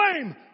blame